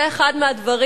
זה אחד מהדברים